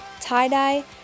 tie-dye